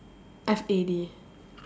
F A D